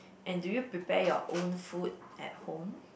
and do you prepare your own food at home